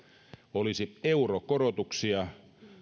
olisi eurokorotuksia